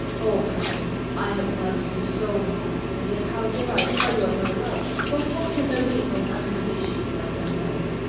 oh! princess, i have loved you so long, and yet how dare i tell you of my love! what hope can there be for an unhappy sheep like myself?